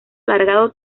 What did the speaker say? alargado